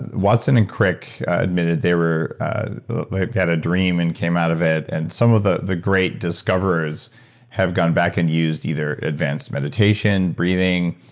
watson and crick admitted they've had a dream and came out of it, and some of the the great discoverers have gone back and used either advance meditation, breeding,